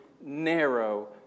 narrow